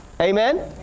Amen